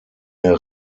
der